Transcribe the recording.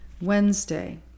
Wednesday